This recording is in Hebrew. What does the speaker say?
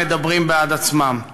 הם מדברים בעד עצמם.